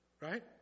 Right